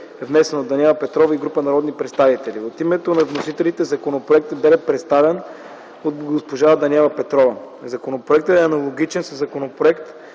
внесен от Даниела Петрова и група народни представители. От името на вносителите законопроектът бе представен от госпожа Даниела Петрова. Законопроектът е аналогичен със Законопроект